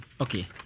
Okay